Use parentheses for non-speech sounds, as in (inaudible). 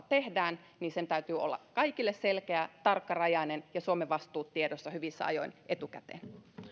(unintelligible) tehdään niin sen täytyy olla kaikille selkeä ja tarkkarajainen ja suomen vastuiden täytyy olla tiedossa hyvissä ajoin etukäteen